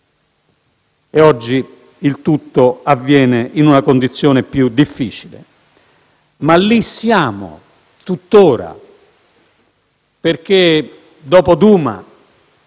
E oggi il tutto avviene in una condizione più difficile; ma lì siamo tuttora. Dopo Douma,